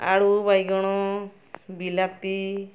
ଆଳୁ ବାଇଗଣ ବିଲାତି